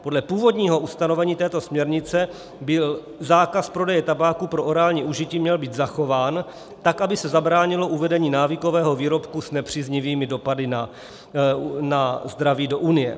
Podle původního ustanovení této směrnice by zákaz prodeje tabáku pro orální užití měl být zachován, aby se zabránilo uvedení návykového výrobku s nepříznivými dopady na zdraví do Unie.